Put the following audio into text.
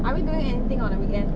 are we doing anything on the weekend